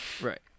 right